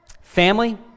Family